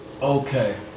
Okay